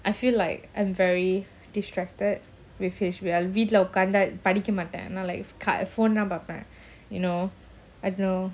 I feel like I'm very distracted with வீட்லஉட்கார்ந்தாபடிக்கமாட்டேன்:veetla utkarntha padikka maten you know like phone தான்பார்ப்பேன்:than parpen you know I don't know